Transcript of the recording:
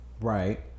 Right